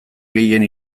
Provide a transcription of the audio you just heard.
gehien